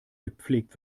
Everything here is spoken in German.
gepflegt